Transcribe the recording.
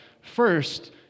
first